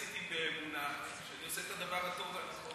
עשיתי באמונה שאני עושה את הדבר הטוב והנכון ביותר,